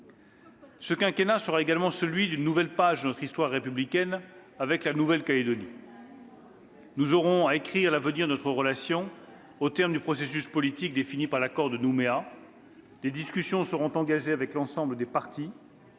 Ce quinquennat sera également celui d'une nouvelle page de notre histoire républicaine avec la Nouvelle-Calédonie. Nous aurons à écrire l'avenir de notre relation au terme du processus politique défini par l'accord de Nouméa. Des discussions seront engagées avec l'ensemble des parties.